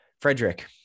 Frederick